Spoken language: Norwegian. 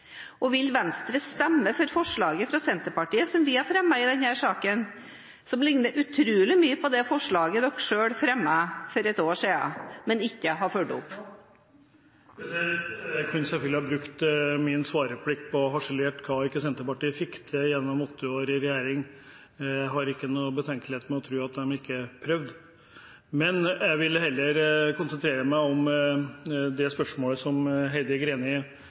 regjering? Vil Venstre stemme for forslaget fra Senterpartiet, som vi har fremmet i denne saken, som likner utrolig mye på det forslaget Venstre selv fremmet for et år siden? Jeg kunne selvfølgelig ha brukt min svarreplikk på å harselere over hva Senterpartiet ikke fikk til gjennom åtte år i regjering. Jeg har ingen betenkeligheter med å tro at de prøvde. Men jeg vil heller konsentrere meg det spørsmålet Heidi Greni